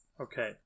Okay